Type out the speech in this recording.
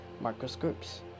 microscopes